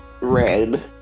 Red